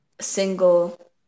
single